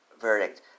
verdict